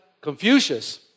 Confucius